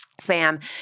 Spam